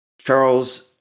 Charles